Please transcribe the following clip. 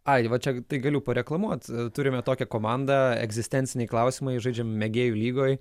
ai va čia tai galiu pareklamuot turime tokią komandą egzistenciniai klausimai žaidžiam mėgėjų lygoj